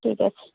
ঠিক আছে